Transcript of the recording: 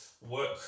work